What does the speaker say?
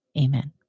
amen